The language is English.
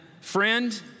Friend